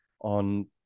on